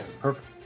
perfect